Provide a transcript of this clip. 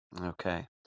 Okay